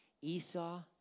Esau